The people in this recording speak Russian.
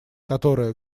которая